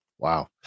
wow